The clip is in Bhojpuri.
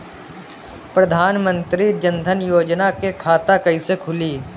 प्रधान मंत्री जनधन योजना के खाता कैसे खुली?